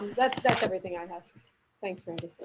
that's that's everything i have. thank so